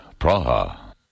Praha